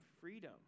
freedom